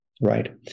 right